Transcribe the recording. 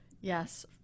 Yes